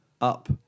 up